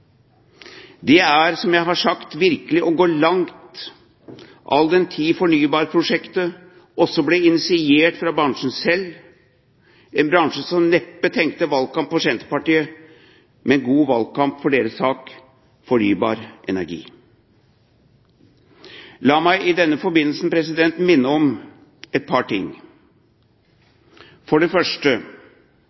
Det er, som jeg har sagt, virkelig å gå langt, all den tid fornybarprosjektet ble initiert av bransjen selv, en bransje som neppe tenkte valgkamp for Senterpartiet, men en god valgkamp for deres sak: fornybar energi. La meg i denne forbindelse minne om et par ting. For det første: